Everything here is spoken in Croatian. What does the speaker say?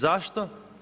Zašto?